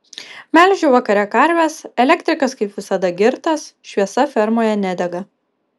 melžiu vakare karves elektrikas kaip visada girtas šviesa fermoje nedega